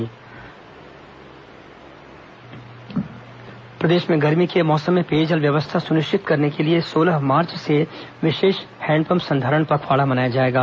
handpump पखवाड़ा प्रदेश में गर्मी के मौसम में पेयजल व्यवस्था सुनिश्चित करने के लिए सोलह मार्च से विशेष हैंडपम्प संधारण पखवाड़ा मनाया जाएगा